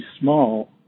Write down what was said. small